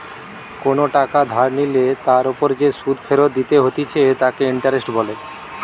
কোনো টাকা ধার নিলে তার ওপর যে সুধ ফেরত দিতে হতিছে তাকে ইন্টারেস্ট বলে